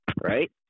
right